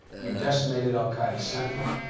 we've decimated al-qaida central.